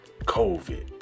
COVID